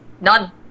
None